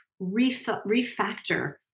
refactor